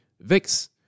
VIX